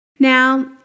Now